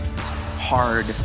hard